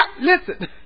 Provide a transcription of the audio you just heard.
listen